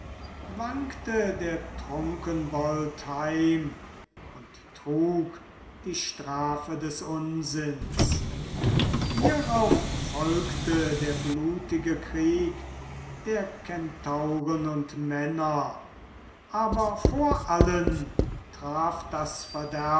wankte der trunkenbold heim und trug die strafe des unsinns hierauf folgte der blutige krieg der kentauren und männer aber vor allen traf das verderben